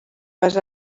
vas